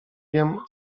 wiem